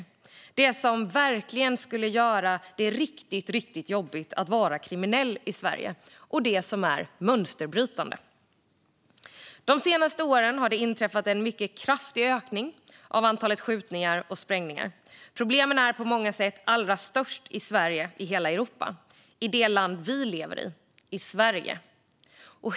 Vi måste göra det som verkligen skulle göra det riktigt, riktigt jobbigt att vara kriminell i Sverige och det som är mönsterbrytande. De senaste åren har det inträffat en mycket kraftig ökning av antalet skjutningar och sprängningar. Problemen är på många sätt allra störst i Sverige i hela Europa - i det land vi lever i, i Sverige.